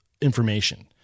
information